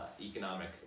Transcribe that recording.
Economic